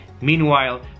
meanwhile